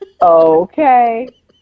Okay